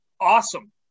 awesome